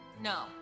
No